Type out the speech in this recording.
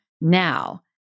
now